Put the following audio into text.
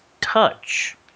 touch